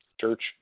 Church